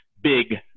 big